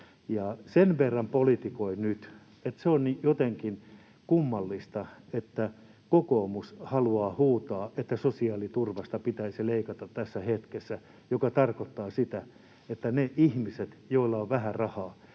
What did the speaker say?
Sen verran politikoin nyt, että se on jotenkin kummallista, että kokoomus haluaa huutaa, että sosiaaliturvasta pitäisi leikata tässä hetkessä, mikä tarkoittaa sitä, että niillä ihmisillä, joilla on vähän rahaa,